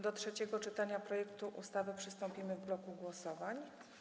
Do trzeciego czytania projektu ustawy przystąpimy w bloku głosowań.